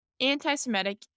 anti-Semitic